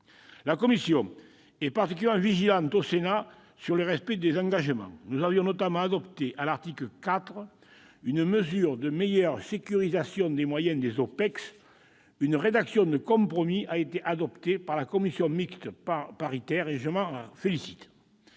La commission est particulièrement vigilante, au Sénat, sur le respect des engagements. Nous avions notamment adopté, à l'article 4, une mesure de meilleure sécurisation des moyens des OPEX. Une rédaction de compromis a été adoptée par la commission mixte paritaire, et je m'en félicite.